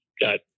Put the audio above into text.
got